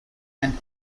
and